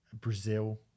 Brazil